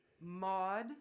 Maud